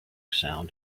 sound